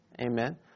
amen